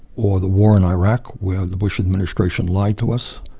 or the war in iraq where the bush administration lied to us.